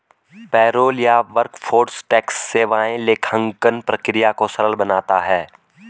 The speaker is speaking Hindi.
पेरोल या वर्कफोर्स टैक्स सेवाएं लेखांकन प्रक्रिया को सरल बनाता है